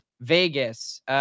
Vegas